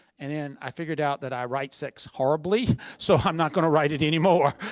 and and i figured out that i write sex horribly. so i'm not going to write it anymore.